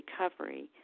recovery